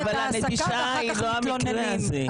אבל הנטישה היא לא המקרה הזה.